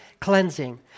cleansing